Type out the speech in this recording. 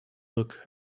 look